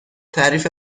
تعریف